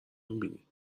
میبینی